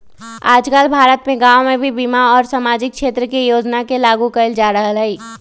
आजकल भारत के गांव में भी बीमा और सामाजिक क्षेत्र के योजना के लागू कइल जा रहल हई